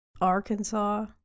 Arkansas